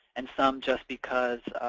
and some just because